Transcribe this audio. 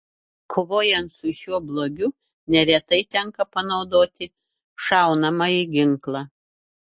kovojant su šiuo blogiu neretai tenka panaudoti šaunamąjį ginklą